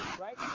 Right